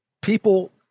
people